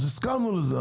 אז הסכמנו לזה.